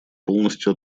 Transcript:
полностью